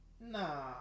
Nah